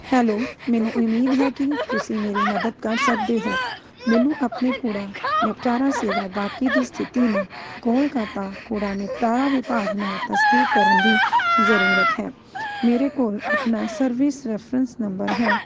hello ਮੈਨੂੰ ਉਮੀਦ ਹੈ ਕੀ ਤੁਸੀਂ ਮੇਰੀ ਮਦਦ ਕਰ ਸਕਦੇ ਹੋ ਮੈਨੂੰ ਆਪਣੀ ਕੂੜਾ ਨਿਪਟਾਰਾ ਸੇਵਾ ਗਾਹਕੀ ਦੀ ਸਥਿਤੀ ਨੂੰ ਕੋਲਕਾਤਾ ਕੂੜਾ ਨਿਪਟਾਰਾ ਵਿਭਾਗ ਨਾਲ ਤਸਦੀਕ ਕਰਨ ਦੀ ਜ਼ਰੂਰਤ ਹੈ ਮੇਰੇ ਕੋਲ ਆਪਣਾ ਸਰਵਿਸ ਰੈਫਰੈਂਸ ਨੰਬਰ ਹੈ